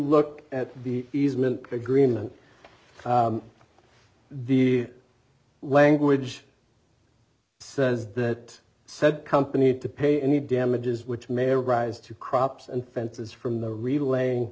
look at the easement agreement the language says that said company had to pay any damages which may arise to crops and fences from the relaying